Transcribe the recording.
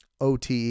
OTE